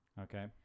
Okay